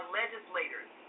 legislators